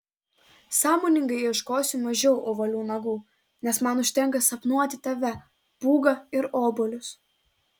sąmoningai ieškosiu mažiau ovalių nagų nes man užtenka sapnuoti tave pūgą ir obuolius